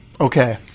okay